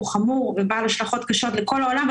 משבר האקלים הוא חמור ובעל השלכות קשות לכל העולם,